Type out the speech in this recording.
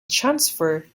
transfer